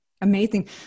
amazing